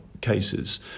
cases